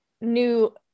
new